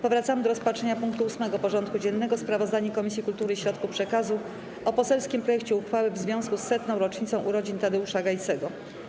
Powracamy do rozpatrzenia punktu 8. porządku dziennego: Sprawozdanie Komisji Kultury i Środków Przekazu o poselskim projekcie uchwały w związku z setną rocznicą urodzin Tadeusza Gajcego.